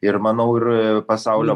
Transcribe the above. ir manau ir pasaulio